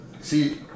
see